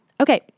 Okay